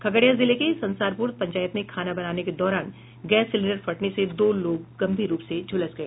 खगड़िया जिले के संसारपुर पंचायत में खाना बनाने के दौरान गैस सिलेंडर फटने से दो लोग गंभीर रूप से झुलस गए